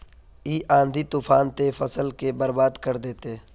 इ आँधी तूफान ते फसल के बर्बाद कर देते?